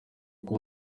kuba